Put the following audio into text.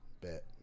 Bet